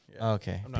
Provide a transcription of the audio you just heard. Okay